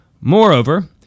Moreover